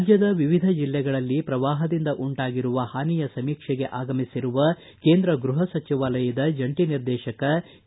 ರಾಜ್ಯದ ವಿವಿಧ ಜಿಲ್ಲೆಗಳಲ್ಲಿ ಪ್ರವಾಹದಿಂದ ಉಂಟಾಗಿರುವ ಹಾನಿಯ ಸಮೀಕ್ಷೆಗೆ ಆಗಮಿಸಿರುವ ಕೇಂದ್ರ ಗೃಹ ಸಚಿವಾಲಯದ ಜಂಟಿ ನಿರ್ದೇಶಕ ಕೆ